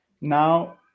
Now